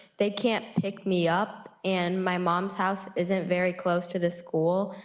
they can't pick me up. in my mom's house isn't very close to the school.